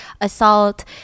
assault